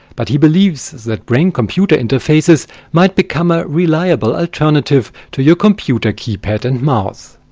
but he believes that brain computer interfaces might become a reliable alternative to your computer keypad and mouse.